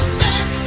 back